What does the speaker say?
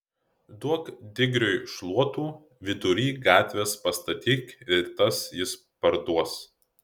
duok digriui šluotų vidury gatvės pastatyk ir tas jis parduos